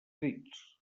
dits